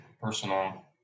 personal